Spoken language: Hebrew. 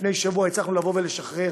לפני שבוע הצלחנו לשחרר